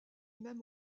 même